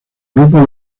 grupo